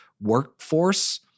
workforce